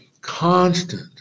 Constant